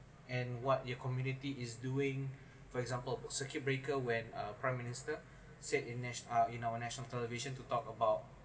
and what your community is doing for example circuit breaker when uh prime minister said in nesh~ uh in our national television to talk about